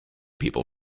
people